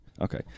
okay